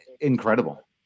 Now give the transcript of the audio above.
incredible